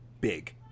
big